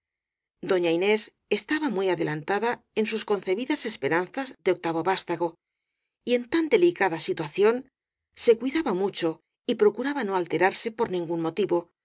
doña inés estaba muy adelantada en sus concebidas es peranzas de octavo vástago y en tan delicada si tuación se cuidaba mucho y procuraba no alterarse por ningún motivo